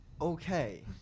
Okay